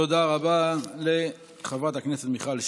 תודה רבה לחברת הכנסת מיכל שיר.